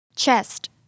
Chest